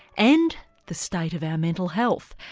and the state of our mental health.